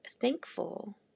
thankful